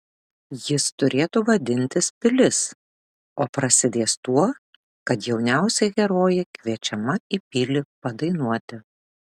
jis turėtų vadintis pilis o prasidės tuo kad jauniausia herojė kviečiama į pilį padainuoti